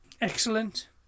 Excellent